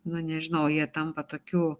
nu nežinau jie tampa tokiu